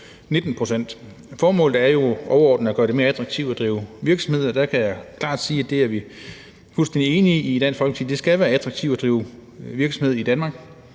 pct. Formålet er overordnet at gøre det mere attraktivt at drive virksomhed, og der kan jeg klart sige, at det er vi fuldstændig enige i i Dansk Folkeparti. Det skal være attraktivt at drive virksomhed i Danmark.